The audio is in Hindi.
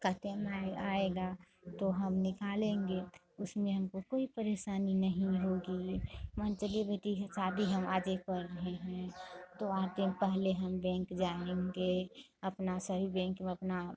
का टेम आएगा तो हम निकालेंगे उसमें हमको कोई परेशानी नहीं होगी मंझली बेटी के शादी हम आजे कर रहे हैं तो आते पहले हम बैंक जाएँगे अपना सही बेंक में अपना